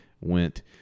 went